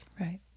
Right